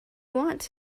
want